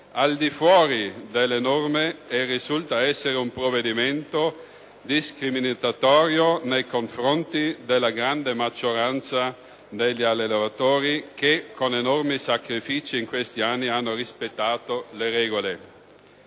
al di fuori delle norme, e risulta essere un provvedimento discriminatorio nei confronti della grande maggioranza degli allevatori che, con enormi sacrifici, in questi anni hanno rispettato le regole.